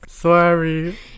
sorry